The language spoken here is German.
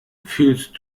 fühlst